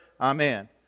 Amen